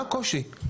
מה הקושי?